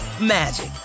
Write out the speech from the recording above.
magic